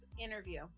interview